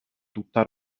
tutta